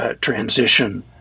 transition